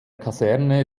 kaserne